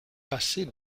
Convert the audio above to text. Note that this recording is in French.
passée